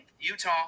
Utah